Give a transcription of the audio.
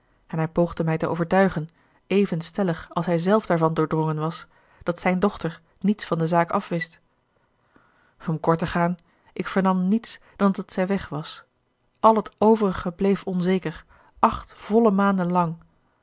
en hij poogde mij te overtuigen even stellig als hij zelf daarvan doordrongen was dat zijne dochter niets van de zaak afwist om kort te gaan ik vernam niets dan dat zij weg was al het overige bleef onzeker acht volle